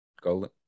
Golden